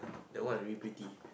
that one I really pretty